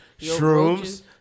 Shrooms